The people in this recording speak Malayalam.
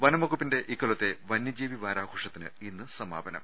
വനം വകുപ്പിന്റെ ഇക്കൊല്ലത്തെ വനൃജീവി വാരാഘോഷത്തിന് ഇന്ന് സമാപനം